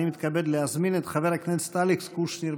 אני מתכבד להזמין את חבר הכנסת אלכס קושניר.